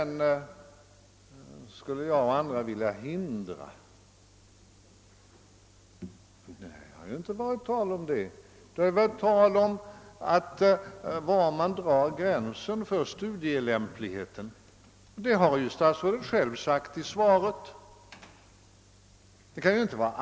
Något sådant har det inte varit tal om. Det har varit tal om var man drar gränsen för studielämplighet. Detta har statsrådet själv sagt i sitt svar.